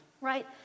right